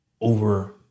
over